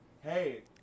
hey